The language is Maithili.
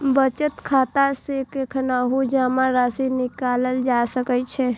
बचत खाता सं कखनहुं जमा राशि निकालल जा सकै छै